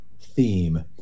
theme